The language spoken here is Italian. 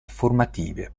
formative